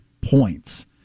points